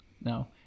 No